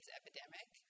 epidemic